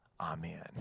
Amen